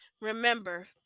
Remember